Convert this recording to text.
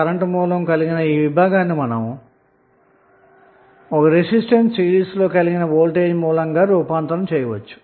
కాబట్టి ఈ భాగాన్ని మనం రెసిస్టెన్స్ ను సిరీస్ లో కలిగిన వోల్టేజ్ సోర్స్ గా మార్చవచ్చు